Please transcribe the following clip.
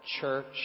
church